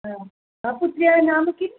पुत्र्याः नाम किम्